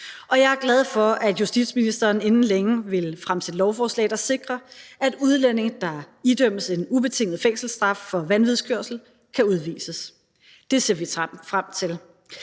og jeg er glad for, at justitsministeren inden længe vil fremsætte et lovforslag, der sikrer, at udlændinge, der idømmes en ubetinget fængselsstraf for vanvidskørsel, kan udvises. Det ser vi frem til.